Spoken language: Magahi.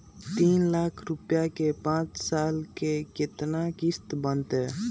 तीन लाख रुपया के पाँच साल के केतना किस्त बनतै?